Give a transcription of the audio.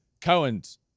Cohen's –